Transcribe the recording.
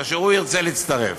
כאשר הוא ירצה להצטרף.